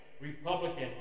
Republican